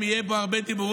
אם יהיו פה הרבה דיבורים,